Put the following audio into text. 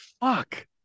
Fuck